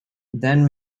then